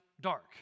dark